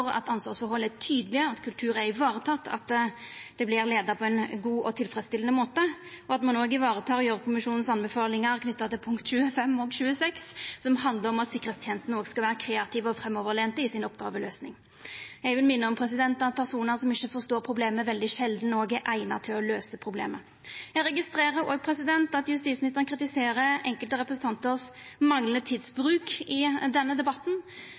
at ansvarsforholda er tydelege, at kulturen er teken vare på, at det vert leia på ein god og tilfredsstillande måte, og at ein òg tek vare på Gjørv-kommisjonen si anbefalingar knytte til punkt 25 og 26, som handlar om at tryggingstenesta òg skal vera kreativ og framoverlent i oppgåveløysinga si. Eg vil minna om at personar som ikkje forstår problemet, veldig sjeldan òg er eigna til å løyse problemet. Eg registrerer òg at justisministeren kritiserer enkelte representantar for manglande tidsbruk i denne debatten.